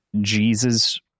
Jesus